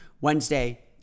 Wednesday